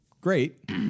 great